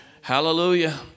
Hallelujah